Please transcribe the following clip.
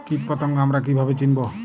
কীটপতঙ্গ আমরা কীভাবে চিনব?